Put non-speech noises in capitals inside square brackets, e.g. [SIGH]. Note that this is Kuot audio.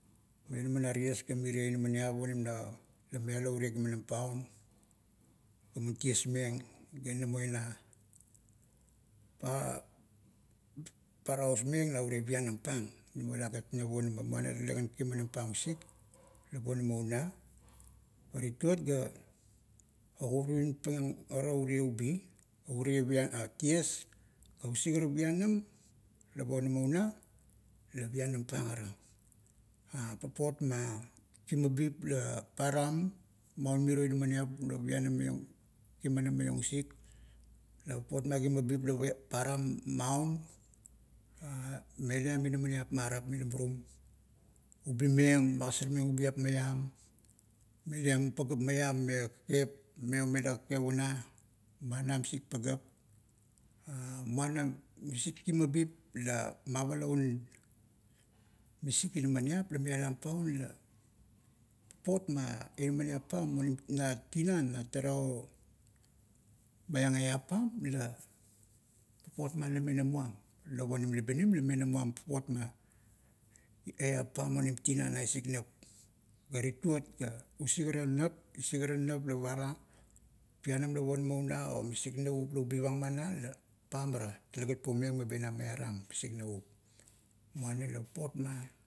Maionama na ties ga mirie inamaniap onim na la mialo urie kimanam paun, gaman tiesmeng la namo ina parausmeng na urie pianam pang, namo lagat no ponama, muana talegan kimanam pang usik, la ponama una. Patituot ga oguruvinpang ara urie ubi, o urie pia o urie ties. Ga usik ara pianam, la ponama una la pianam pang ara. Papot ma kimabip la param, maun miro inaminiap la pianam maiong, kimanam maiong usik, la papot ma kimabip la param maun, [HESITATION] meliam inaminiap marap mila murumi. Ubimeng magasareng ubiap maiam, meliam pagap maiam me kakep, me omela kakep una, mana misik pagap. Muana misik kimabip la mavala un misik inaminiap la mialam paun la, papot ma inaminiap pam onim na tinan na tara o maiang eap pa la, papot ma inaminiap pam onim na tinan na tara o maiang eap pam la, papot ma la menamuam, lop onim libinim menamuam papot ma, eap pam onim tina na isik nap. Ga titot ga, usik ara nap, idik ara nap la para, pianam la ponama una o misik navup la ubivang mana, la pam ara, talegat puomeng meba ina miaram misik navup, muana la papot ma,